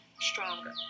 stronger